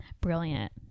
brilliant